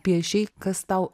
piešei kas tau